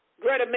Greta